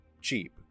cheap